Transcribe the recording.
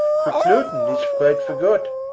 for cloten is quite forgot.